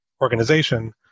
organization